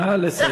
נא לסיים.